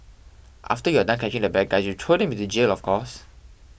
after you are done catching the bad guys you throw them into jail of course